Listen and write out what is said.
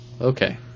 Okay